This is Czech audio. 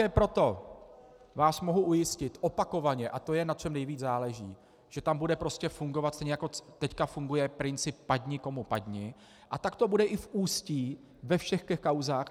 Také proto vás mohu ujistit, opakovaně, a to je, na čem nejvíc záleží, že tam bude prostě fungovat, stejně jako teď funguje, princip padni komu padni, a tak to bude i v Ústí ve všech těch kauzách.